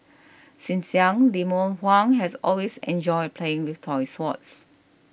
since young Lemuel Huang has always enjoyed playing with toy swords